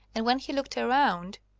and when he looked around,